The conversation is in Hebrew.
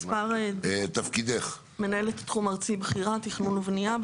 אני מנהלת תחום ארצי בכירה תכנון ובנייה,